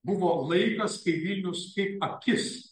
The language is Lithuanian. buvo laikas kai vilnius kaip akis